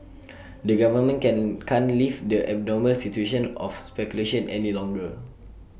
the government can can't leave the abnormal situation of speculation any longer